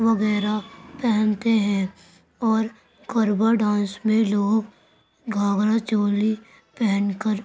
وغیرہ پہنتے ہیں اورگربہ ڈانس میں لوگ گھاگھرا چولی پہن کر